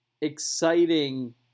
exciting